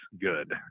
good